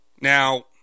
Now